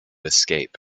escape